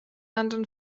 anderen